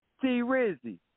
T-Rizzy